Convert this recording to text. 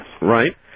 Right